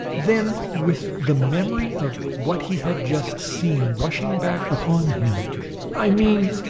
then, with the memory of what he had just seen rushing back upon him i mean,